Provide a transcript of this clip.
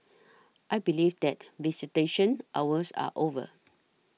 I believe that visitation hours are over